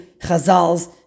Chazal's